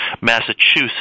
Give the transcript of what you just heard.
Massachusetts